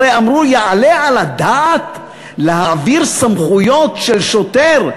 הרי אמרו: יעלה על הדעת להעביר סמכויות של שוטר,